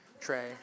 Trey